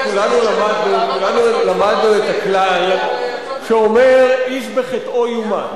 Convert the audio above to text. כולנו למדנו את הכלל שאומר: איש בחטאו יומת.